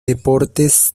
deportes